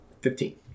Fifteen